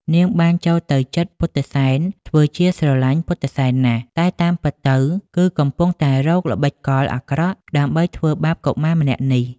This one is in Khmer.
នាងបានចូលទៅជិតពុទ្ធិសែនធ្វើជាស្រឡាញ់ពុទ្ធិសែនណាស់ តែតាមពិតទៅគឺកំពុងតែរកល្បិចកលអាក្រក់ដើម្បីធ្វើបាបកុមារម្នាក់នេះ។